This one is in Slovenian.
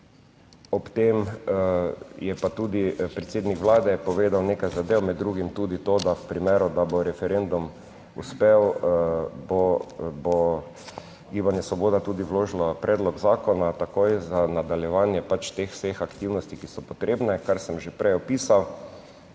ob tem je pa tudi predsednik Vlade povedal nekaj zadev, med drugim tudi to, da v primeru, da bo referendum uspel, bo Gibanje Svoboda tudi vložilo predlog zakona takoj za nadaljevanje, pač teh vseh aktivnosti, ki so potrebne, kar sem že prej opisal.